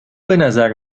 بنظر